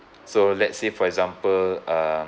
so let's say for example uh